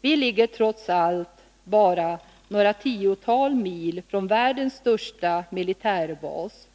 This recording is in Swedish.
Vi ligger trots allt bara några tiotal mil från världens största militärbas.